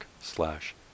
slash